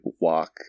walk